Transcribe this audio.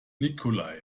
nikolai